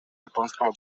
японского